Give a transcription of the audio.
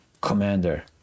Commander